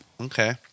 Okay